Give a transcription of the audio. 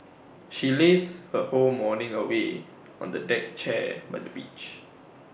she lazed her whole morning away on the deck chair by the beach